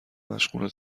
مشغول